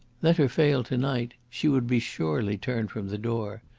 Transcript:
let her fail to-night, she would be surely turned from the door.